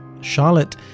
charlotte